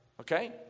Okay